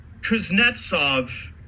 Kuznetsov